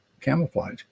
camouflage